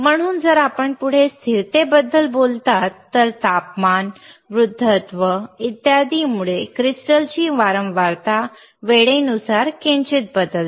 म्हणून जर आपण पुढे स्थिरतेबद्दल बोललात तर तापमान वृद्धत्व इत्यादींमुळे क्रिस्टलची वारंवारता वेळेनुसार किंचित बदलते